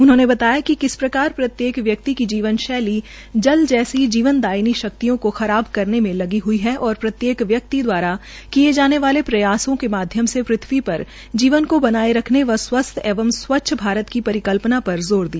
उन्होंने बतायाकि किस प्रकार प्रत्येक व्यकित की जीवन शैली जल जैसी जीवन दायिनी शक्तियों को खराब करने में लगी हई है और प्रत्येक व्यक्ति दवारा किए जाने वाले प्रयासों के माध्यम से प्रथ्वी प्र जीवन को बनाय रखने व स्वस्थ और स्वच्छ भारत की रिकल ना र ज़ोर दिया